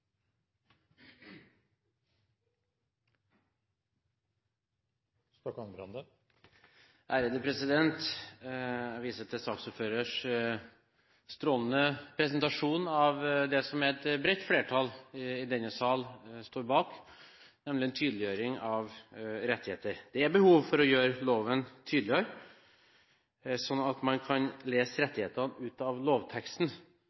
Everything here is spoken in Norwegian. Med det har jeg sagt mitt. Jeg viser til saksordførers strålende presentasjon av det som et bredt flertall i denne sal står bak, nemlig en tydeliggjøring av rettigheter. Det er behov for å gjøre loven tydeligere sånn at man kan lese rettighetene ut av lovteksten.